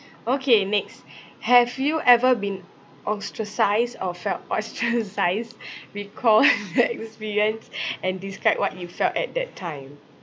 okay next have you ever been ostracised or felt ostracised recall your experience and describe what you felt at that time